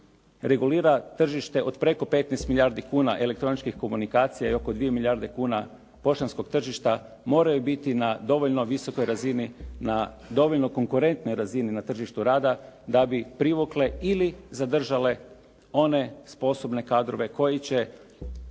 regulira tržište od preko 15 milijardi kuna elektroničkih komunikacija i oko 2 milijarde kuna poštanskog tržišta moraju biti na dovoljno visokoj razini, na dovoljno konkurentnoj razini na tržištu rada da bi privukle ili zadržale one sposobne kadrove koji će